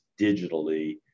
digitally